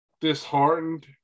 disheartened